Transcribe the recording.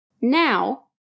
now